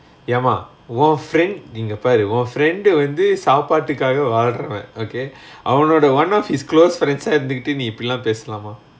ஏமா:yaemaa oo friend இங்க பாரு:inga paaru oo friend டு வந்து சாப்பாட்டுக்காக வாழறவ:du vanthu saapaatukaaka vaalarava okay அவனோட:avanoda one of his close friends ah இருந்துட்டு நீ இப்புடிலா பேசலாமா:irunthutu nee ippudilaa pesalaamaa